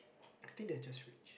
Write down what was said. I think they are just rich